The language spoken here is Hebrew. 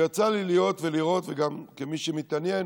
וגם יצא לי להיות ולראות, כמי שמתעניין,